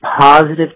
positive